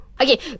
Okay